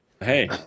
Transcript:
Hey